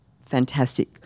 ...fantastic